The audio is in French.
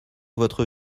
votre